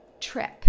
trip